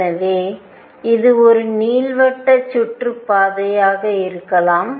எனவே இது ஒரு நீள்வட்ட சுற்றுப்பாதையாக இருக்கலாம்